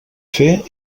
fer